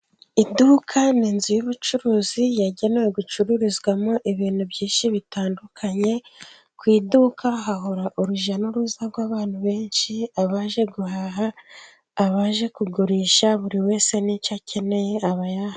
Iduka ni inzu y'ubucuruzi yagenewe gucururizwamo ibintu byinshi bitandukanye, ku iduka hahora urujya n'uruza rw'abantu benshi, abaje guhaha, abaje kugurisha buri wese n'icyo akeneye, aba yaje.